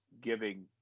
giving